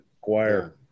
choir